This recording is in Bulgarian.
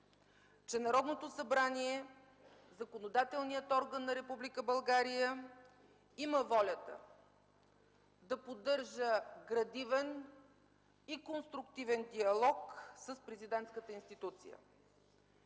че Народното събрание – законодателният орган на Република България, има волята да поддържа градивен и конструктивен диалог с президентската институция.